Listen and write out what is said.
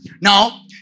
Now